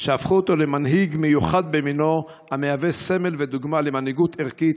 שהפכו אותו למנהיג מיוחד במינו המהווה סמל ודוגמה למנהיגות ערכית,